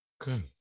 Good